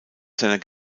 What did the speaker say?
seiner